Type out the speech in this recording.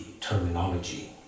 terminology